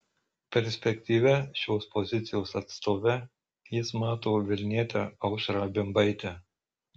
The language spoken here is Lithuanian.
perspektyvia šios pozicijos atstove jis mato vilnietę aušrą bimbaitę